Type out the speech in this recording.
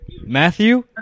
Matthew